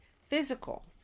physical